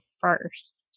first